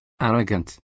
arrogant